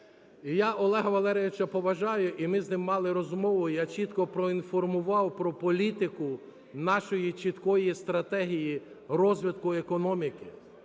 я Олега Валерійовича поважаю, і ми з ним мали розмову, я чітко проінформував про політику нашої чіткої стратегії розвитку економіки.